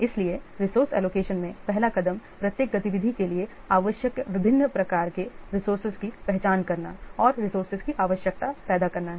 इसलिए resource allocation में पहला कदम प्रत्येक गतिविधि के लिए आवश्यक विभिन्न प्रकार के रिसोर्सेज की पहचान करना और रिसोर्से की आवश्यकता पैदा करना है